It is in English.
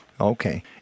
Okay